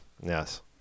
Yes